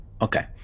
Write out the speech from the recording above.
okay